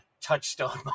touchstone